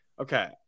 Okay